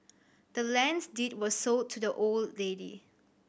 the land's deed was sold to the old lady